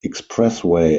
expressway